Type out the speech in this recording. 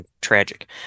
tragic